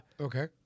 Okay